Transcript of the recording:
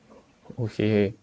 okay